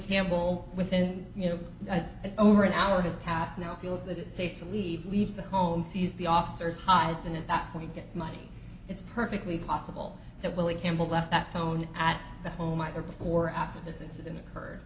campbell within you know over an hour has passed now feels that it's safe to leave leave the home seize the officers hide in it that when he gets money it's perfectly possible that willie campbell left that phone at the home either before or after this incident occurred